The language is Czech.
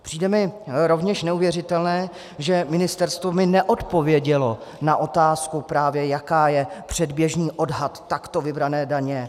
Přijde mi rovněž neuvěřitelné, že mi ministerstvo neodpovědělo na otázku, jaký je předběžný odhad takto vybrané daně.